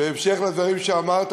בהמשך לדברים שאמרת,